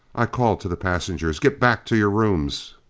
i called to the passengers, go back to your rooms!